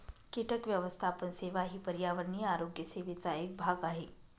कीटक व्यवस्थापन सेवा ही पर्यावरणीय आरोग्य सेवेचा एक भाग आहे